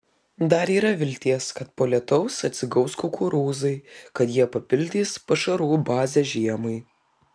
dar yra vilties kad po lietaus atsigaus kukurūzai kad jie papildys pašarų bazę žiemai